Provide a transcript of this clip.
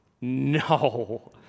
No